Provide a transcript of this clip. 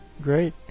Great